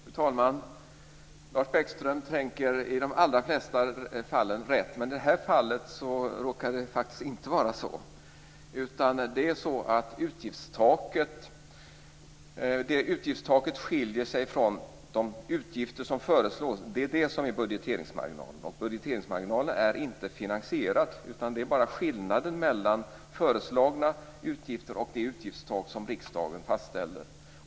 Fru talman! Lars Bäckström tänker i de allra flesta fall rätt, men i det här fallet råkar det faktiskt inte vara så. Utgiftstaket skiljer sig från de utgifter som föreslås. Det är det som är budgeteringsmarginalen. Och budgeteringsmarginalen är inte finansierad. Det är bara skillnaden mellan föreslagna utgifter och det utgiftstak som riksdagen fastställer.